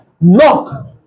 Knock